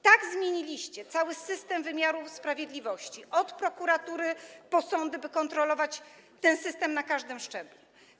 Tak zmieniliście cały system wymiaru sprawiedliwości, od prokuratury po sądy, by kontrolować go na każdym szczeblu.